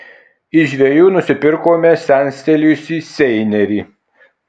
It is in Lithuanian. iš žvejų nusipirkome senstelėjusį seinerį